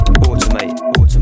automate